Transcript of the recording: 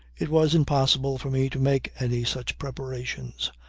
it was impossible for me to make any such preparations.